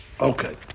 Okay